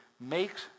makes